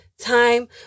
time